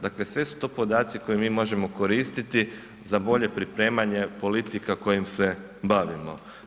Dakle, sve su to podaci koje mi možemo koristiti za bolje pripremanje politika kojim se bavimo.